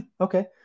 Okay